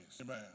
Amen